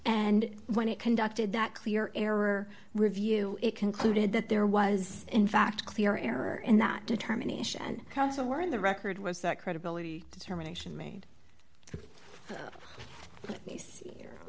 and when it conducted that clear error review it concluded that there was in fact clear error in that determination counsel were in the record was that credibility determination made